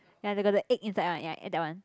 ya they got the egg inside one ya at that one